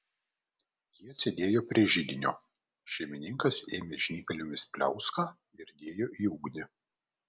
jie sėdėjo prie židinio šeimininkas ėmė žnyplėmis pliauską ir dėjo į ugnį